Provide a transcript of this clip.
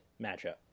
matchup